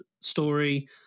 story